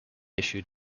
issued